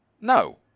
No